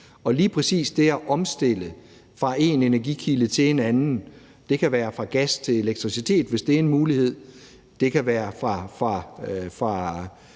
til lige præcis det at omstille fra en energikilde til en anden – det kan være fra gas til elektricitet, hvis det er en mulighed, det kan være fra,